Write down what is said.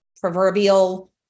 proverbial